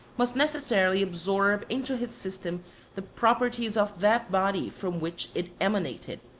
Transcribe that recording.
must necessarily absorb into his system the properties of that body from which it emanated,